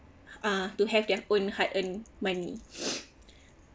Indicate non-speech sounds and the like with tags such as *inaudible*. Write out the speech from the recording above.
uh to have their own hard earn money *breath*